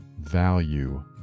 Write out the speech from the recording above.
Value